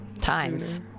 times